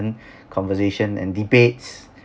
conversation and debates